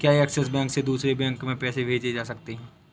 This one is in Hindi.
क्या ऐक्सिस बैंक से दूसरे बैंक में पैसे भेजे जा सकता हैं?